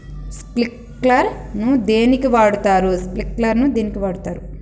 Sprinkler ను దేనికి వాడుతరు?